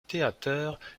theater